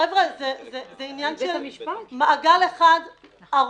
חבר'ה, זה מעגל אחד ארוך